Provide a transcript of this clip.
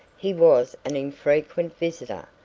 he was an infrequent visitor,